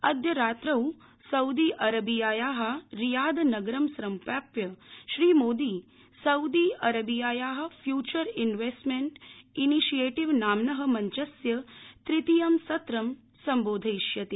अद्य रात्रौ सऊदीअरबियायाः रियाद नगरं सम्प्राप्य श्रीमोदी सउदी अरबियायाः फ्यूचर इन्वेस्टमेंट इनिशियेटिव नाम्नः मञ्चस्य तृतीयं सत्रम् सम्बोधयिष्यति